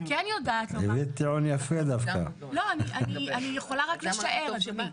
אני יכולה רק לשער.